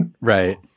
Right